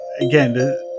again